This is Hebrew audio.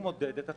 שזה התושבים.